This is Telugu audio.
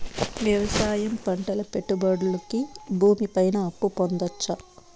వ్యవసాయం పంటల పెట్టుబడులు కి భూమి పైన అప్పు పొందొచ్చా?